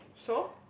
so